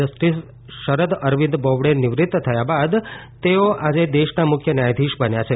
justice Sharad Arvind Bobde નિવૃત્ત થયા બાદ તેઓ આજે દેશનામુખ્ય ન્યાયાધીશ બન્યા છે